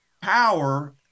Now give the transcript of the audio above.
power